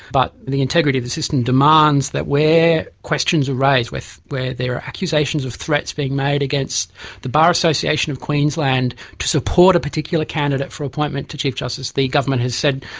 but the integrity of the system demands that where questions are raised, where there are accusations of threats being made against the bar association of queensland to support a particular candidate for appointment to chief justice, the government has said,